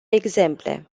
exemple